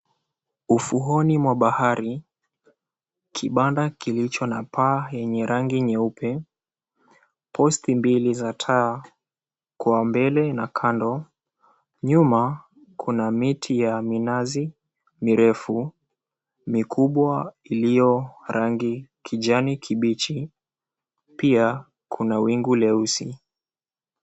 Ufuoni mwa bahari, kibanda kilicho na paa yenye rangi nyeupe, post mbili za taa kwa mbele na kando. Nyuma kuna miti ya minazi mirefu, mikubwa iliyo rangi kijani kibichi, pia kuna wingu leusi.